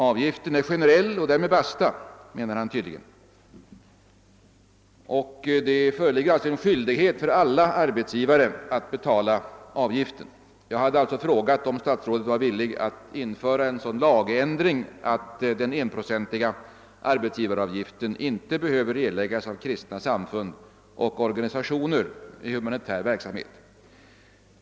Avgiften är generell och därmed basta, menar han tydligen. Det föreligger med andra ord en skyldighet för alla arbetsgivare att betala denna avgift. Jag hade frågat om herr statsrådet var villig att införa en sådan lagändring att den enprocentiga arbetsgivaravgiften inte behöver erläggas av kristna samfund och organisationer med humanitär verksamhet.